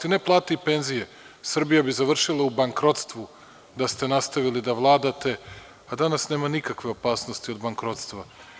Ne samo plate i penzije, Srbija bi završila u bankrotstvu da ste nastavili da vladate, pa danas nema nikakve opasnosti od bankrotstva.